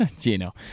Gino